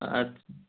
আচ্ছা